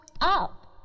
up